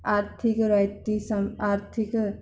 ਆਰਥਿਕ ਰਿਆਇਤੀ ਸਮ ਆਰਥਿਕ